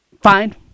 Fine